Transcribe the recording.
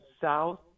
south